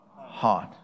heart